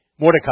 Mordecai